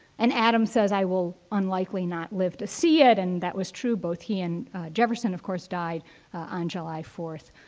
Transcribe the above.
and adams says, i will unlikely not live to see it. and that was true, both he and jefferson of course died on july fourth.